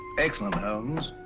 excellent, holmes.